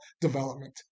development